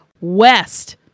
west